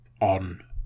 on